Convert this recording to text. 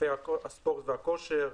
ענפי הספורט והכושר,